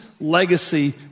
legacy